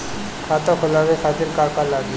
खाता खोलवाए खातिर का का लागी?